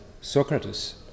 Socrates